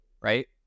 right